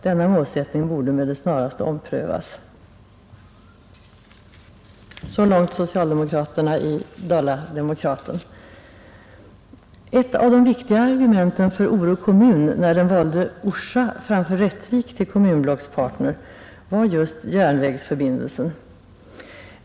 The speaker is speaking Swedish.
Denna målsättning borde med det snaraste omprövas.” Ett av de viktigare argumenten för Ore kommun när den valde Orsa framför Rättvik till kommunblockspartner var just järnvägsförbindelsen.